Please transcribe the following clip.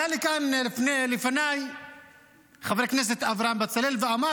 עלה לכאן לפניי חבר הכנסת אברהם בצלאל ואמר